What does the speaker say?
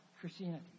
Christianity